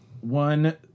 One